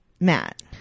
Matt